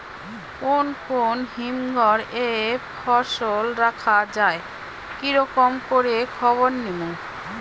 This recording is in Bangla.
কুন কুন হিমঘর এ ফসল রাখা যায় কি রকম করে খবর নিমু?